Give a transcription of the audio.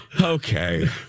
okay